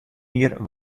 jier